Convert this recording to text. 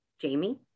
Jamie